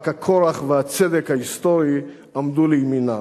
רק הכורח והצדק ההיסטורי עמדו לימינה.